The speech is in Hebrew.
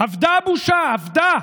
אבדה הבושה, אבדה.